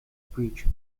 preacher